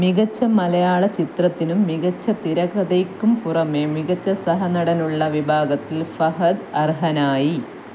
മികച്ച മലയാള ചിത്രത്തിനും മികച്ച തിരകഥക്കും പുറമെ മികച്ച സഹനടനുള്ള വിഭാഗത്തില് ഫഹദ് അർഹനായി